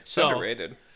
Underrated